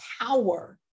power